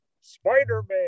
spider-man